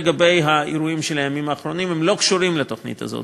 לגבי האירועים של הימים האחרונים: הם לא קשורים לתוכנית הזאת,